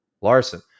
Larson